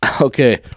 Okay